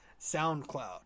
SoundCloud